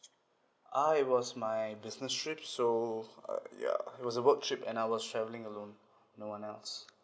uh it was my business trip so uh ya it was a work trip and I was traveling alone no one else